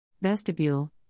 Vestibule